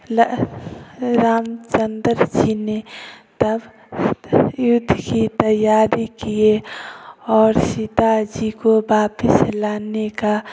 रामचंद्र जी ने तब युद्ध की तैयारी किए और सीता जी को वापस लाने का